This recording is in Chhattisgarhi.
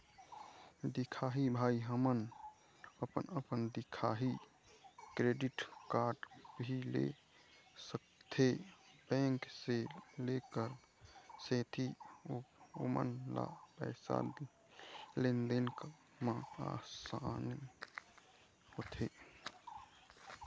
दिखाही भाई हमन अपन अपन दिखाही क्रेडिट कारड भी ले सकाथे बैंक से तेकर सेंथी ओमन ला पैसा लेन देन मा आसानी होथे?